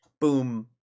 Boom